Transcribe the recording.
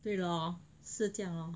对咯是这样咯